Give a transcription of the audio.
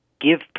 give